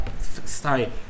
Sorry